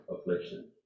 affliction